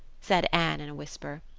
said anne in a whisper.